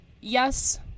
yes